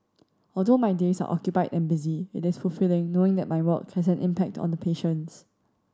although my days are occupied and busy it is fulfilling knowing that my work has an impact on the patients